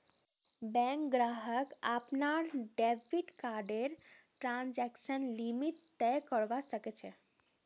bank ग्राहक अपनार debit कार्डर ट्रांजेक्शन लिमिट तय करवा सख छ